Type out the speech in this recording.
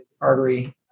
artery